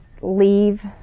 leave